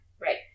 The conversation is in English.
Right